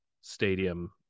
stadium